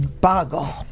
boggle